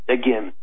again